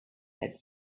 had